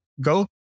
go